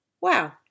Wow